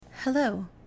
Hello